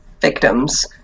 victims